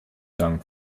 dank